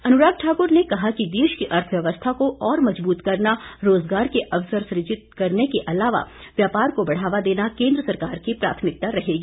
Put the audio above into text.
अनुराग ठाक्र ने कहा कि देश की अर्थव्यवस्था को और मजबूत करना रोजगार के अवसर सूजित करने के अलावा व्यापार को बढ़ावा देना केंद्र सरकार की प्राथमिकता रहेगी